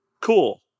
Cool